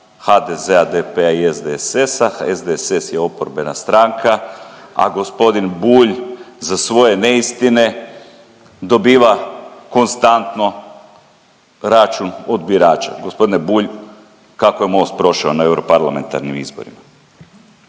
HDZ-a, DP-a i SDSS-a, SDSS je oporbena stranka, a g. Bulj za svoje neistine dobiva konstantno račun od birača. G. Bulj, kako je Most prošao na europarlamentarnim izborima?